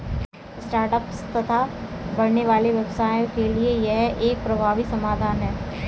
start ups तथा बढ़ने वाले व्यवसायों के लिए यह एक प्रभावी समाधान है